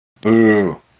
boo